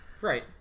right